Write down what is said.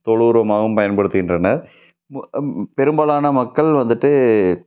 தொழு உரமாகவும் பயன்படுத்துகின்றனர் பெரும்பாலான மக்கள் வந்துவிட்டு